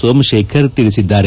ಸೋಮಶೇಖರ್ ತಿಳಿಸಿದ್ದಾರೆ